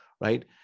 right